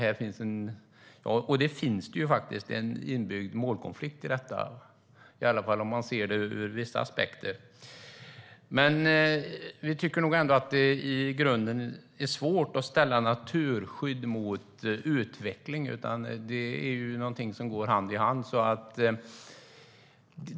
Här finns en inbyggd målkonflikt, i alla fall om man ser det ur vissa aspekter. Vi tycker nog ändå att det i grunden är svårt att ställa naturskydd mot utveckling, utan det är någonting som går hand i hand.